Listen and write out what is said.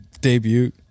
Debut